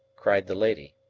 cried the lady.